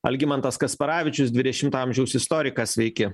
algimantas kasparavičius dvidešimto amžiaus istorikas sveiki